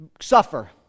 Suffer